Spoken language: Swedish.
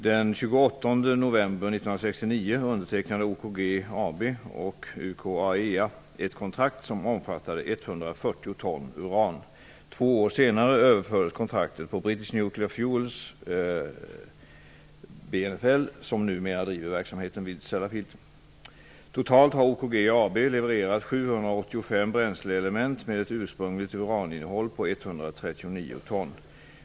Den 28 november 1969 Totalt har OKG AB levererat 785 bränsleelement med ett ursprungligt uraninnehåll på 139 ton.